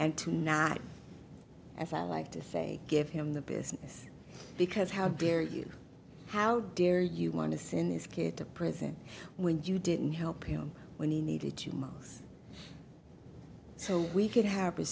and to not as i like to say give him the business because how dare you how dare you want to see in this kid a prison when you didn't help him when he needed you most so we could have